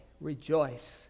rejoice